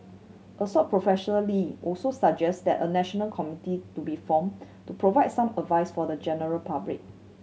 Assoc Professor Lee also suggest that a national committee to be formed to provide some advice for the general public